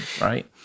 right